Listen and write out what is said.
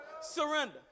surrender